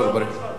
צפרדעים.